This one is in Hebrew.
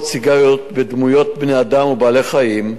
סיגריות בדמויות בני-אדם ובעלי-חיים,